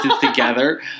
together